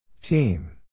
Team